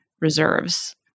reserves